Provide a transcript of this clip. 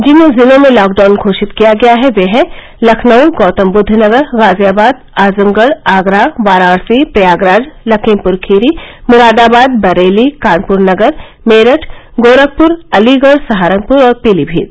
जिन जिलों में लॉकडाउन घोषित किया गया है वे हैं लखनऊ गौतम बुद्ध नगर गाजियाबाद आजमगढ़ आगरा वाराणसी प्रयागराज लमीखपुर खीरी मुरादाबाद बरेली कानपुर नगर मेरठ गोरखपुर अलीगढ़ सहारनपुर और पीलीभीत